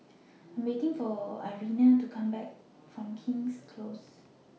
I Am waiting For Irena to Come Back from King's Close